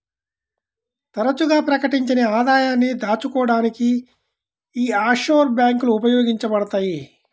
తరచుగా ప్రకటించని ఆదాయాన్ని దాచుకోడానికి యీ ఆఫ్షోర్ బ్యేంకులు ఉపయోగించబడతయ్